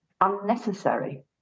unnecessary